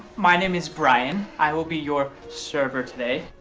my name is brian. i will be your server today.